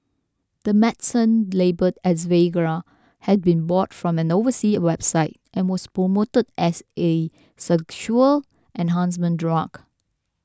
the medicine labelled as Viagra had been bought from an oversea website and was promoted as a sexual enhancement drug